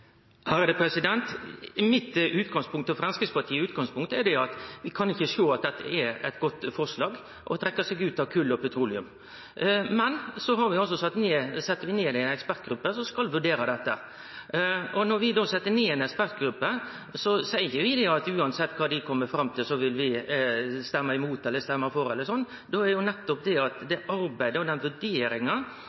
Mitt og Framstegspartiets utgangspunkt er at vi ikkje kan sjå at det er eit godt forslag å trekkje seg ut av kol og petroleum. Men så vil vi setje ned ei ekspertgruppe som skal vurdere dette. Sjølv om vi set ned ei ekspertgruppe, betyr ikkje det at vi uansett kva dei vil kome fram til, vil stemme for eller mot. Det er jo nettopp det arbeidet og den vurderinga